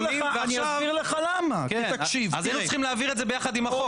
אז היינו צריכים להעביר את זה יחד עם החוק,